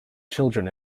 children